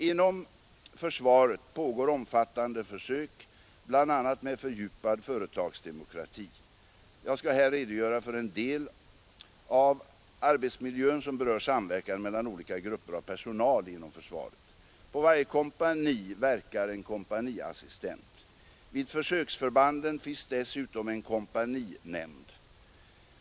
Inom försvaret pågår omfattande försök bl.a. med fördjupad företagsdemokrati. Jag vill här redogöra för den del av arbetsmiljön, som berör samverkan mellan olika grupper av personal inom försvaret. På varje kompani verkar en kompaniassistent. Vid försöksförbanden finns dessutom en kompaninämnd.